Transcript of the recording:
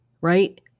Right